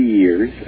years